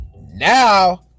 Now